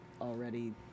already